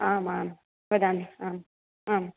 आम् आम् वदामि आम् आम्